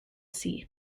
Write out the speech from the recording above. sea